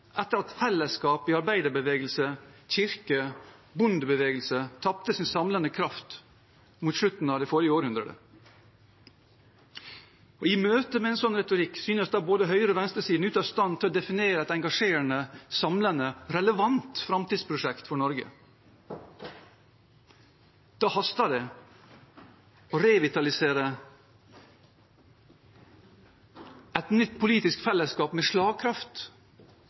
etter at fellesskapet i arbeiderbevegelse, kirke og bondebevegelse tapte sin samlende kraft mot slutten av det forrige århundret. I møtet med en sånn retorikk synes både høyre- og venstresiden ute av stand til å definere et engasjerende, samlende, relevant framtidsprosjekt for Norge. Da haster det å revitalisere et nytt politisk fellesskap med slagkraft,